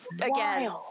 again